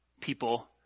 people